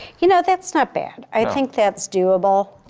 you know, that's not bad. i think that's doable.